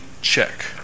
check